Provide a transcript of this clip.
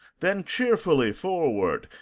then cheerfully forward,